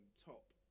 top